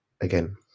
Again